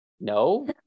no